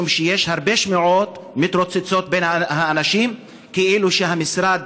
משום שיש הרבה שמועות שמתרוצצות בין האנשים כאילו שהמשרד